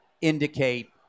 indicate